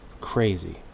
crazy